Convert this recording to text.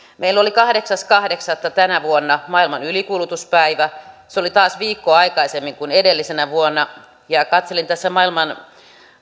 meillä oli kahdeksas kahdeksatta tänä vuonna maailman ylikulutuspäivä se oli taas viikkoa aikaisemmin kuin edellisenä vuonna kun katselin tässä maailman